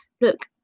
look